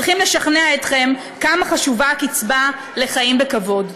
צריכים לשכנע אתכם כמה חשובה קצבה לחיים בכבוד.